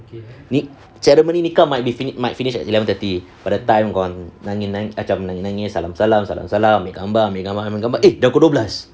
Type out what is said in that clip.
ceremony nikah might be finished might finish at eleven thirty but the time gone macam nangis-nangis salam-salam salam-salam ambil gambar ambil gambar eh dah pukul dua belas